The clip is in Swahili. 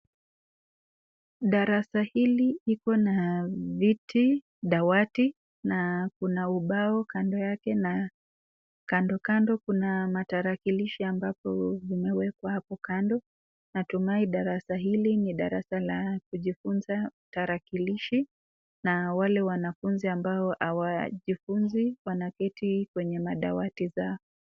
Darasa hili iko na viti, dawati na kuna ubao kando yake na kandokando kuna matarakilishi ambapo zimewekwa hapo kando. Natumai darasa hili ni darasa la kujifunza tarakilishi na wale wanafunzi ambao hawajifunzi wanaketi kwenye mada wati zao.